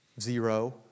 Zero